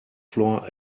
floor